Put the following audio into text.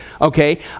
okay